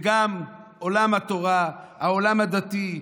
גם עולם התורה, העולם הדתי,